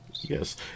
yes